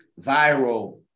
viral